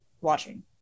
watching